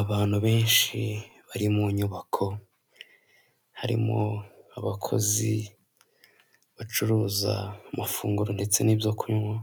Abantu benshi bari mu nyubako harimo abakozi bacuruza amafunguro ndetse n'ibyo kunywa